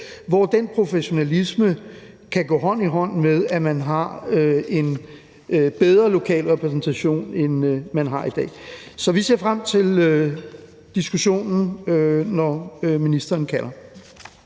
hvor den professionalisme kan gå hånd i hånd med, at man har en bedre lokal repræsentation, end man har i dag. Så vi ser frem til diskussionen, vi kan få, når ministeren kalder.